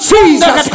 Jesus